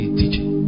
teaching